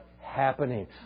happening